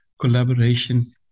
collaboration